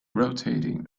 rotating